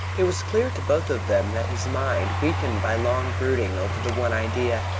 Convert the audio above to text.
it was clear to both of them that his mind, weakened by long brooding over the one idea,